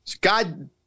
God